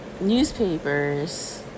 newspapers